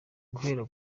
guhera